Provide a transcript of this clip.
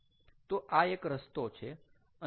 તો આ એક રસ્તો છે